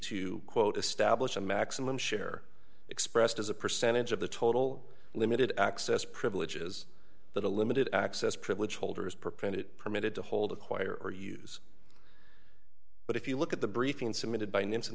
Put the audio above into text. to quote establish a maximum share expressed as a percentage of the total limited access privileges that a limited access privilege holders preprinted permitted to hold acquire or use but if you look at the briefing submitted by names in